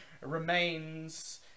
remains